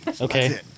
Okay